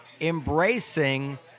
embracing